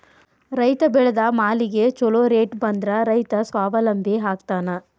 ರೈತ ಬೆಳೆದ ಮಾಲಿಗೆ ಛೊಲೊ ರೇಟ್ ಬಂದ್ರ ರೈತ ಸ್ವಾವಲಂಬಿ ಆಗ್ತಾನ